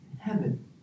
heaven